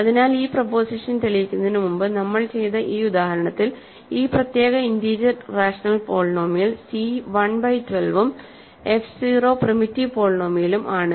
അതിനാൽ ഈ പ്രെപൊസിഷൻ തെളിയിക്കുന്നതിന് മുമ്പ് നമ്മൾ ചെയ്ത ഈ ഉദാഹരണത്തിൽ ഈ പ്രത്യേക integer rational polynomial C 1 by 12 ഉം എഫ് 0 പ്രിമിറ്റീവ് പോളിനോമിയലും ആണ്